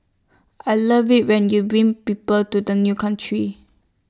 I love IT when you bring people to the new country